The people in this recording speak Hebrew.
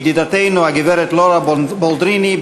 ידידתנו הגברת לאורה בולדריני,